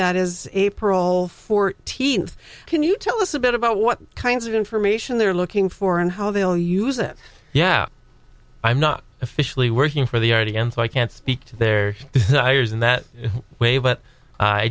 that is a parole fourteenth can you tell us a bit about what kinds of information they're looking for and how they'll use it yeah i'm not officially working for the r t and so i can't speak to their desires in that way but i